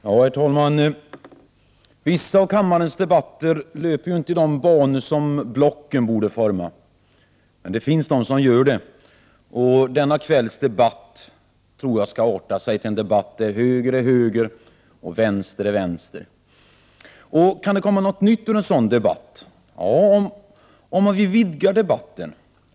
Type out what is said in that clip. Herr talman! Vissa av kammarens debatter löper inte i de banor som blocken borde forma. Men det finns de som gör det, och denna kvälls debatt tror jag skall arta sig till en debatt där höger är höger och vänster är vänster. Kan det komma något nytt ur en sådan debatt? Ja, om vi vidgar debatten.